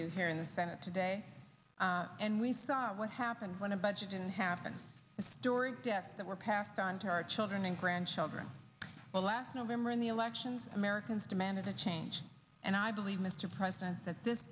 do here in the senate today and we saw what happened when a bunch of didn't happen during the debt that were passed on to our children and grandchildren well last november in the elections americans demanded a change and i believe mr president that this